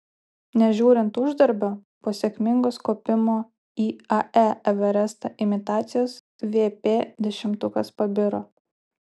nežiūrint uždarbio po sėkmingos kopimo į ae everestą imitacijos vp dešimtukas pabiro